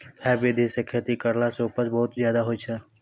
है विधि सॅ खेती करला सॅ उपज बहुत ज्यादा होय छै